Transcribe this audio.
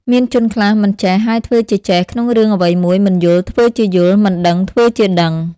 មានជនខ្លះមិនចេះ ហើយធ្វើជាចេះ ក្នុងរឿងអ្វីមួយ មិនយល់ ធ្វើជាយល់ មិនដឹង ធ្វើជាដឹង ។